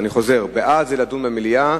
אני חוזר: בעד, לדון במליאה.